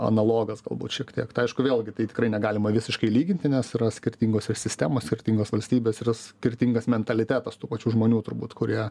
analogas galbūt šiek tiek tai aišku vėlgi tai tikrai negalima visiškai lyginti nes yra skirtingos sistemos skirtingos valstybės yra skirtingas mentalitetas tų pačių žmonių turbūt kurie